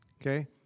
okay